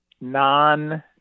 non